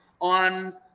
on